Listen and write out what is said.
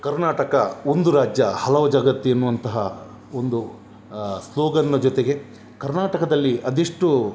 ಕರ್ನಾಟಕ ಒಂದು ರಾಜ್ಯ ಹಲವು ಜಗತ್ತು ಎನ್ನುವಂತಹ ಒಂದು ಸ್ಲೋಗನ್ನ ಜೊತೆಗೆ ಕರ್ನಾಟಕದಲ್ಲಿ ಅದೆಷ್ಟೋ